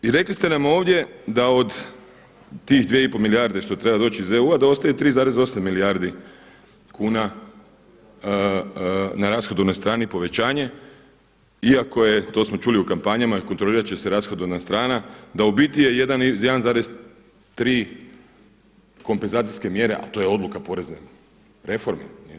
I rekli ste nam ovdje da od tih 2 i pol milijarde što treba doći iz EU, da ostaje 3,8 milijardi kuna na rashodovnoj strani povećanje iako je, to smo čuli u kampanjama kontrolirat će se rashodovna strana da u biti je 1,3 kompenzacijske mjere, a to je odluka porezne reforme.